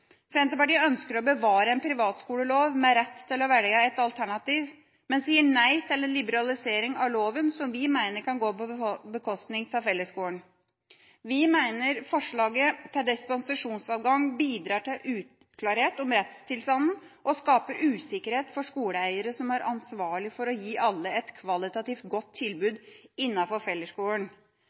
Senterpartiet ønsker å bevare en privatskolelov med rett til å velge et alternativ, men sier nei til en liberalisering av loven, som vi mener kan gå på bekostning av fellesskolen. Vi mener forslaget til dispensasjonsadgang bidrar til uklarhet om rettstilstanden og skaper usikkerhet for skoleeiere, som er ansvarlig for å gi alle et kvalitativt godt tilbud innenfor fellesskolen.